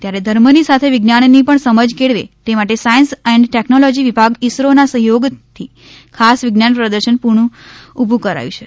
ત્યારે ધર્મની સાથે વિજ્ઞાનની પણ સમજ કેળવે તે માટે સાયન્સ એન્ડ ટેકનોલોજી વિભાગ ઇસરોના સહ્યોગથી ખાસ વિજ્ઞાન પ્રદર્શન પણ ઉભું કરાયું છે